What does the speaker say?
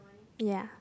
ya